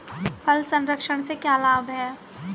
फल संरक्षण से क्या लाभ है?